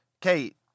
Kate